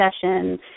session